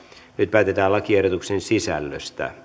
päätetään lakiehdotuksen sisällöstä